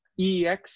EEX